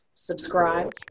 subscribe